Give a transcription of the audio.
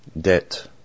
debt